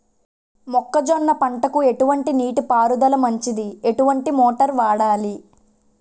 మొక్కజొన్న పంటకు ఎటువంటి నీటి పారుదల మంచిది? ఎటువంటి మోటార్ వాడాలి?